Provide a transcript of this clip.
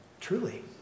Truly